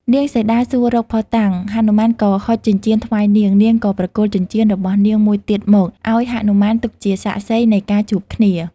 នាងសីតាសួររកភស្តុតាង ហនុមានក៏ហុចចិញ្ចៀនថ្វាយនាង នាងក៏ប្រគល់ចិញ្ចៀនរបស់នាងមួយទៀតមក ឱ្យហនុមានទុកជាសាក្សីនៃការ ជួបគ្នា។